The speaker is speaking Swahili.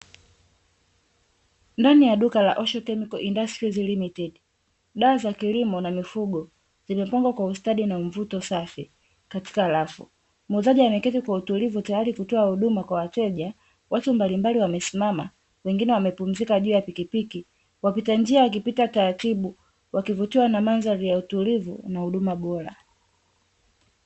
Ndani ya duka la Osho Chemical Industries Limited, dawa za kilimo na mifugo zimepangwa kwa ustadi na mvuto safi katika rafu. Muuzaji ameketi kwa utulivu tayari kutoa huduma kwa wateja; watu mbalimbali wamesimama wengine wamepumzika juu ya pikipiki wapita njia wakipita taratibu wakivutiwa na mandhari vya utulivu na huduma bora.